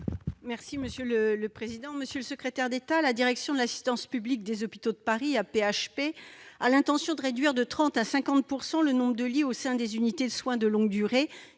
et de la santé. Monsieur le secrétaire d'État, la direction de l'Assistance publique-Hôpitaux de Paris, l'AP-HP, a l'intention de réduire de 30 % à 50 % le nombre de lits au sein des unités de soins de longue durée,